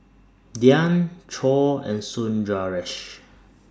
Dhyan Choor and Sundaresh